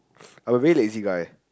I am a very lazy guy